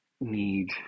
need